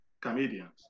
comedians